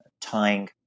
tying